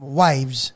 wives